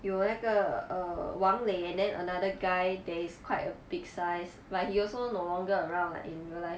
有那个 err wang lei and then another guy there is quite a big size like he also no longer around like in real life